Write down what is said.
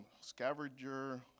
Scavenger